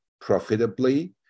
profitably